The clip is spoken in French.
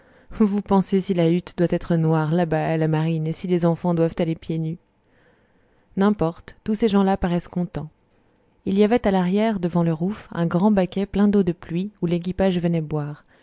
vous pensez si la hutte doit être noire là-bas à la marine et si les enfants doivent aller pieds nus n'importe tous ces gens-là paraissent contents il y avait à l'arrière devant le rouf un grand baquet plein d'eau de pluie où l'équipage venait boire